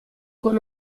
con